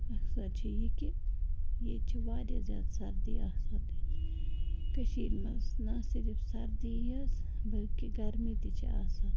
مۄخصَر چھِ یہِ کہِ ییٚتہِ چھِ واریاہ زیادٕ سردی آسان تَتہِ کٔشیٖرِ منٛز نا صرف سردی یٲژ بٔلکہِ گرمی تہِ چھِ آسان